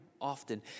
often